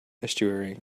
estuary